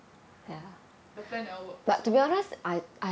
the plan never work